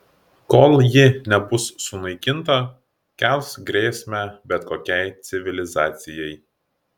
kol ji nebus sunaikinta kels grėsmę bet kokiai civilizacijai